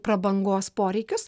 prabangos poreikius